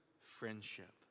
friendship